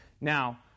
Now